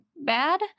bad